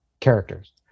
characters